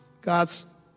God's